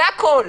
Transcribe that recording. זה הכול.